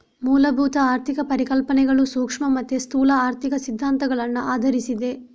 ಮೂಲಭೂತ ಆರ್ಥಿಕ ಪರಿಕಲ್ಪನೆಗಳು ಸೂಕ್ಷ್ಮ ಮತ್ತೆ ಸ್ಥೂಲ ಆರ್ಥಿಕ ಸಿದ್ಧಾಂತಗಳನ್ನ ಆಧರಿಸಿದೆ